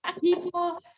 people